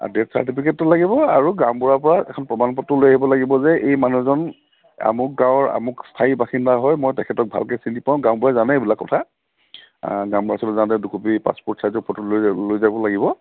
death চাৰ্টিফিকেটটো লাগিব আৰু গাঁওবুঢ়াৰপৰা এখন প্ৰমণপত্ৰ লৈ আহিব লাগিব যে এই মানুহজন আমুক গাঁৱৰ আমুক স্থায়ী বাসিন্দা হয় মই তেখেতক ভালকৈ চিনি পাওঁ গাঁওবুঢ়াই জানেই এইবিলাক কথা গাঁওবুঢ়াৰ ওচৰলৈ যাওঁতে দুকপী পাছপৰ্ট চাইজৰ ফটো লৈ যাব লৈ যাব লাগিব